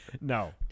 No